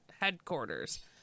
headquarters